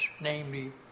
Namely